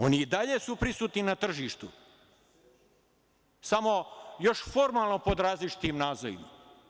Oni i dalje su prisutni na tržištu, samo još formalno pod različitim nazivima.